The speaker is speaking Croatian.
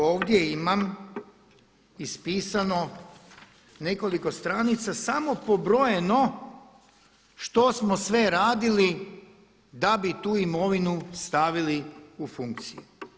Ovdje imam ispisano nekoliko stranica samo pobrojeno što smo sve radili da bi tu imovinu stavili u funkciju.